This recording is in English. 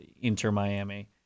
inter-Miami